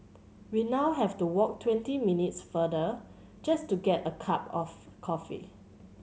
we now have to walk twenty minutes farther just to get a cup of coffee